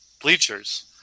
bleachers